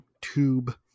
Tube